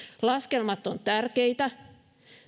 laskelmat ovat tärkeitä